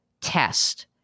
test